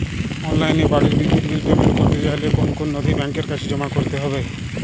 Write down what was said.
অনলাইনে বাড়ির বিদ্যুৎ বিল পেমেন্ট করতে চাইলে কোন কোন নথি ব্যাংকের কাছে জমা করতে হবে?